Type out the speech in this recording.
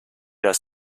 das